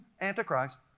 Antichrist